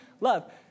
love